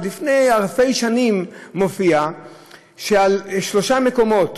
ולפני אלפי שנים מופיע על שלושה מקומות